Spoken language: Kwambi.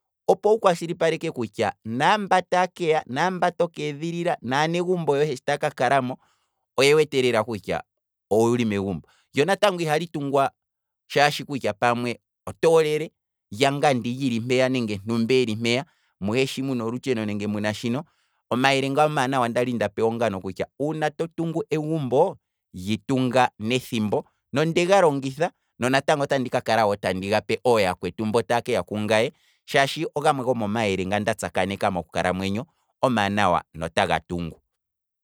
Opo wu kwashilipaleke kutya, naamba taakeya naamba to keedhililla, naanegumbo yohe shi taa kakalamo oye wete lela kutya owuli megumbo, lyo natango ihali tungwa shaashi kutya pamwe otoolele lyangandi lili mpeya nenge ntumba eli mpeya mwe shi muna olutsheno nenge muna shino, omayele ngono omaanawa ndali nda pewa, ongaano kutya uuna to tungu egumbo, lyitunga nethimbo, nondega longitha no natango otandi ka kalawo tandi ga pe oyaakwetu mbo taa keya kungaye shaashi ogamwe gomomayele nga nda tsakaneka moku kalamwenyo omaanawa notaga tungu.